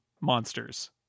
monsters